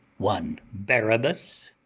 one barabas?